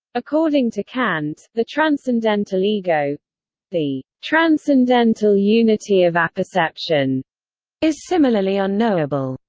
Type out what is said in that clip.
according to kant, the transcendental ego the transcendental unity of apperception is similarly unknowable.